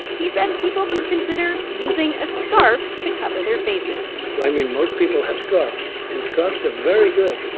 he said people could consider using a scarf to cover their faces i mean, most people have scarves, and scarves are very good.